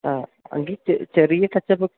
ആ എങ്കിൽ ചെറിയ ടച്ചപ്പ്